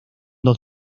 dos